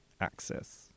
access